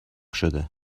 شده